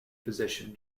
position